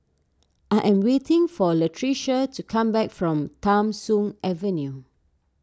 I am waiting for Latricia to come back from Tham Soong Avenue